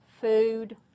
Food